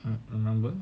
mm remember